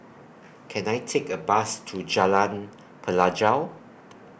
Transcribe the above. Can I Take A Bus to Jalan Pelajau